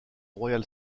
royal